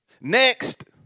Next